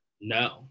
No